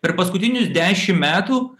per paskutinius dešim metų